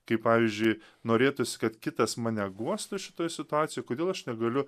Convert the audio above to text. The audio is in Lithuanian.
kaip pavyzdžiui norėtųs kad kitas mane guostų šitoj situacijoj kodėl aš negaliu